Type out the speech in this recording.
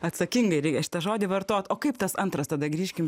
atsakingai reik šitą žodį vartot o kaip tas antras tada grįžkim